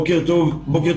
בוקר טוב לכולם,